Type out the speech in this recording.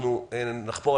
אנחנו נחפור.